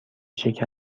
شکر